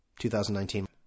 2019